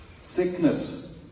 sickness